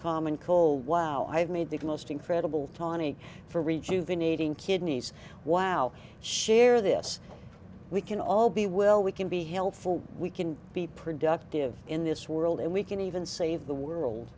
common cold wow i have made the most incredible tonic for rejuvenating kidneys wow share this we can all be well we can be helpful we can be productive in this world and we can even save the world